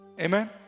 Amen